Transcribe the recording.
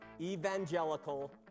evangelical